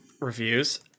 Reviews